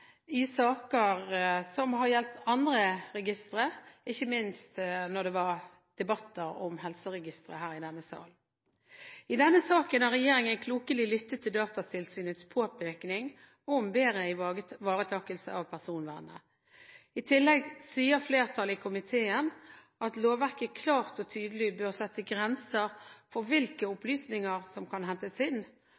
i saker som har gjeldt andre registre – ikke minst da det var debatter om helseregistre i denne sal. I denne saken har regjeringen klokelig lyttet til Datatilsynets påpeking om bedre ivaretakelse av personvernet. I tillegg sier flertallet i komiteen at lovverket klart og tydelig bør sette grenser for hvilke